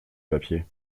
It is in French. papier